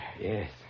Yes